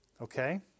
Okay